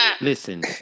Listen